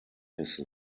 his